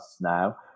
now